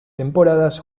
temporadas